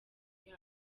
yayo